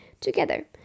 together